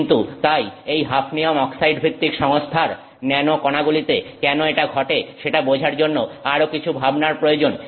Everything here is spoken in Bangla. কিন্তু তাই এই হাফনিয়াম অক্সাইড ভিত্তিক সংস্থার ন্যানো কণাগুলিতে কেন এটা ঘটে সেটা বোঝার জন্য আরো কিছু ভাবনার প্রয়োজন